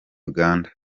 uganda